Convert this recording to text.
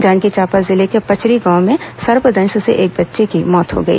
जांजगीर चांपा जिले के पचरी गांव में सर्पदंश से एक बच्चे की मौत हो गई